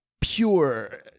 pure